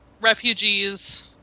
Refugees